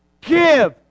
give